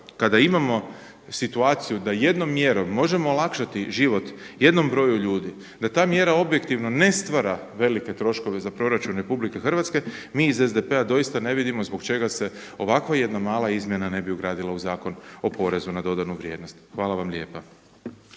kada imamo situaciju da jednom mjerom možemo olakšati život jednom broju ljudi, da ta mjera objektivno ne stvara velike troškove za proračun Republike Hrvatske mi iz SDP-a doista ne vidimo zbog čega se ovako jedna mala izmjena ne bi ugradila u Zakon o porezu na dodanu vrijednost. Hvala vam lijepa.